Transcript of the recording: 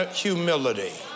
humility